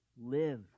live